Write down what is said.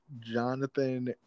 Jonathan